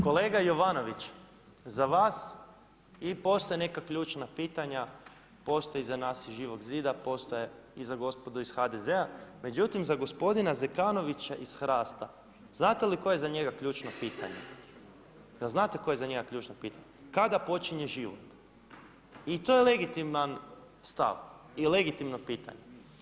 Kolega Jovanović, i za vas postoje neka ključna pitanja, postoji za nas iz Živog zida, postoje i za gospodu iz HDZ-a, međutim za gospodina Zekonovića iz HRAST-a znate li koje je za njega ključno pitanje, jel znate koje je za njega ključno pitanje, kada počinje život i to je legitiman stav i legitimno pitanje.